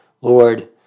Lord